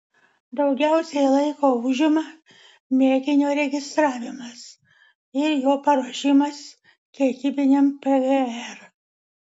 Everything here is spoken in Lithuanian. daugiausiai laiko užima mėginio registravimas ir jo paruošimas kiekybiniam pgr